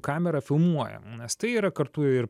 kamera filmuoja nes tai yra kartu ir